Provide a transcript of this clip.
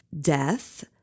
death